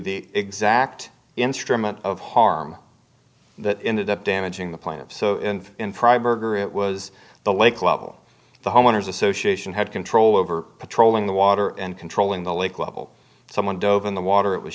the exact instrument of harm that ended up damaging the plan of so in in private or it was the lake level the homeowners association had control over patrolling the water and controlling the lake level someone dove in the water it was